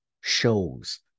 shows